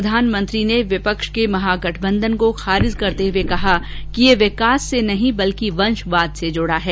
प्रधानमंत्री ने विपक्ष के महागठबंधन को खारिज करते हुए कहा कि यह विकास से नहीं बल्कि वंशवाद से जुड़ा है